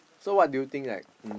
so what do you think like um